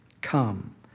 come